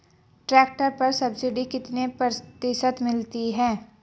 Tractor पर subsidy कितने प्रतिशत मिलती है?